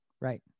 right